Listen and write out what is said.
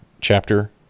chapter